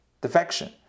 Defection